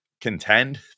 contend